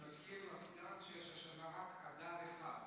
אני מזכיר לסגן שיש השנה רק אדר אחד.